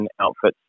outfits